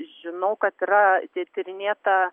žinau kad yra tie tyrinėta